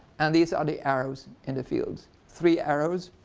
and these are the arrows in the fields, three arrows,